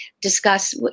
discuss